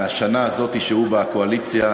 מהשנה הזאת שהוא בקואליציה,